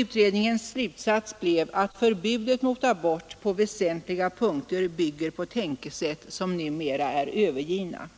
Utredningens slutsats blev att förbudet mot abort på väsentliga punkter bygger på tänkesätt som numera är övergivna.